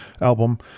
album